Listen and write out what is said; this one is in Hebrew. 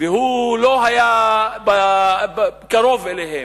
ולא היה קרוב אליהן,